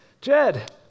Jed